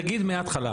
תגיד מההתחלה.